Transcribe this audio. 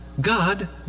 God